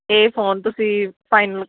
ਇਹ ਫੋਨ ਤੁਸੀਂ ਫਾਈਨਲ